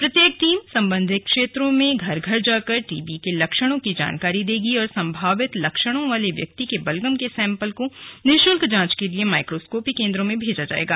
प्रत्येक टीम सम्बन्धित क्षेत्रों में घर घर जाकर टीबी के लक्षणों की जानकारी देगी और संभावित लक्षणों वाले व्यक्ति के बलगम के सैंपल को निरूशुल्क जांच के लिए माईक्रोस्कोपी केन्द्रों में भेजा जाएगा